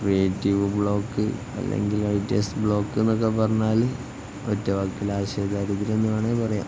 creative block അല്ലെങ്കിൽ writers' block എന്നൊക്കെ പറഞ്ഞാല് ഒറ്റവാക്കില് ആശയദാരിദ്ര്യമെന്നാണ് പറയുക